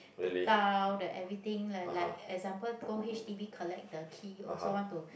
the tile the everything leh like example go h_d_b collect the key also want to